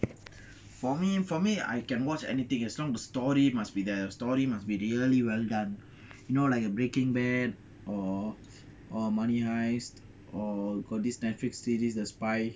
for me for me I can watch anything as long as the story must be there the story must be really well done you know like a breaking bad or or money heist or got this netflix series the spy